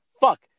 fuck